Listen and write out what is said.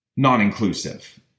non-inclusive